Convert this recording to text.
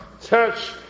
touch